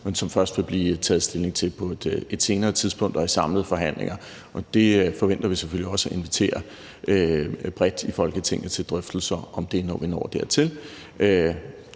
men som der først vil blive taget stilling til på et senere tidspunkt og i samlede forhandlinger. Vi forventer selvfølgelig også at invitere bredt i Folketinget til drøftelser om det, når vi når dertil.